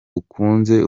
ukunze